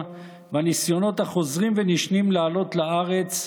והניסיונות החוזרים ונשנים לעלות לארץ,